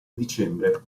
dicembre